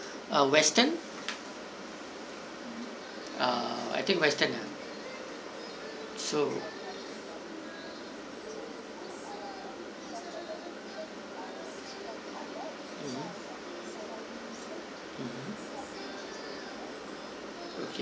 western uh I think western ah so mmhmm mmhmm okay